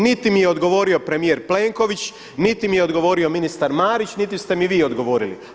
Niti mi je odgovorio premijer Plenković, niti mi je odgovori ministar Marić, niti ste mi vi odgovorili.